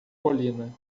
colina